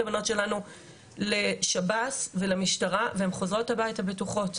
הבנות שלנו לשב"ס ולמשטרה והן חוזרות הביתה בטוחות.